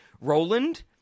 Roland